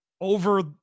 Over